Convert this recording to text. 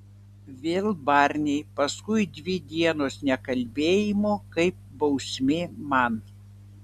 vėl barniai paskui dvi dienos nekalbėjimo kaip bausmė man